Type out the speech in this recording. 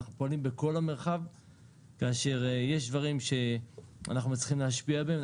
אנחנו פועלים בכל המרחב כאשר יש דברים שאנחנו מצליחים להשפיע בהם.